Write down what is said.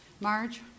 Marge